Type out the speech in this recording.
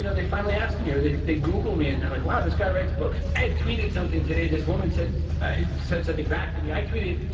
you know they finally asked me or they they google me and they're like, wow, this guy writes books. i had tweeted something today, this woman said said something back to me. i tweeted,